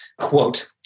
quote